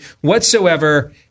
whatsoever